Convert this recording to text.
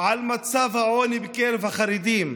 למצב העוני בקרב החרדים,